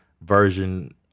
version